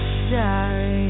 sorry